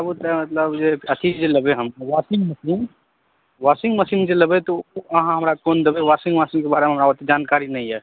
मतलब अथी जे लेबै हम वाशिंगमशीन वाशिंगमशीन जे लेबै तऽ ओ अहाँ हमरा कोन देबै वाशिंगमशीनके बारेमे हमरा जानकारी नहि यऽ